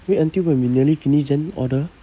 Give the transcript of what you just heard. wait until when we nearly finish then order